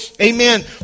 amen